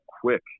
quick